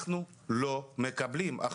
אנחנו לא מקבלים.